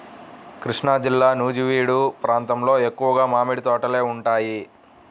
కృష్ణాజిల్లా నూజివీడు ప్రాంతంలో ఎక్కువగా మామిడి తోటలే ఉంటాయి